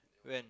oh